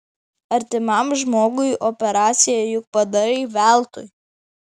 artimam žmogui operaciją juk padarai veltui